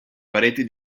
pareti